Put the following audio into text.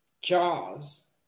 Jaws